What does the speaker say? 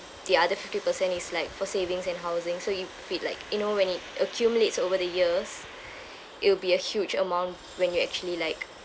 the other fifty percent is like for savings and housing so if it like you know when it accumulates over the years it will be a huge amount when you actually like